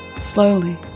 Slowly